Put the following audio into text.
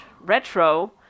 Retro